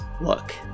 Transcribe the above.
look